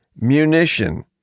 munition